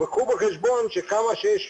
קחו בחשבון שכמה שיש,